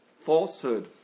falsehood